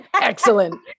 Excellent